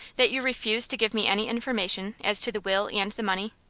that you refuse to give me any information as to the will and the money?